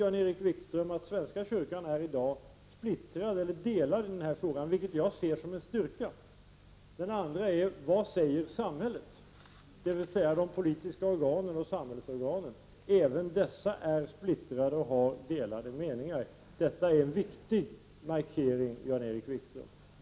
Jan-Erik Wikström vet att den svenska kyrkan i dag är splittrad eller delad i den här frågan, något som jag ser som en styrka. Den andra opinionen är vad samhället säger , dvs. de politiska organen och de olika samhällsorganen. Även dessa är splittrade och har delade meningar. Detta är en viktig markering, Jan Erik Wikström.